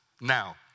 now